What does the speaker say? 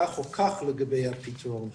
כך או כך, לגבי הפתרון הרצוי.